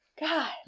God